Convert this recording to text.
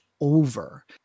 over